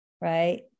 right